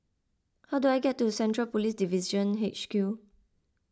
how do I get to Central Police Division H Q